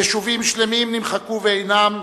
יישובים שלמים נמחקו ואינם.